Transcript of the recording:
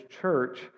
church